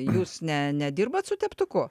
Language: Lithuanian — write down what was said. jūs ne nedirbat su teptuku